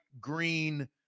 green